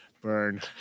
burn